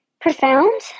profound